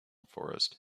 forest